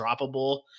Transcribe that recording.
droppable